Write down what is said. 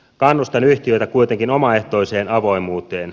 kannustan yhtiöitä kuitenkin omaehtoiseen avoimuuteen